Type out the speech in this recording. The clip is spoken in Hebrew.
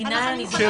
של